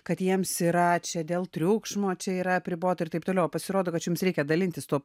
kad jiems yra čia dėl triukšmo čia yra apribota ir taip toliau o pasirodo kad čia jums reikia dalintis tuo